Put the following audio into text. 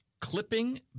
clipping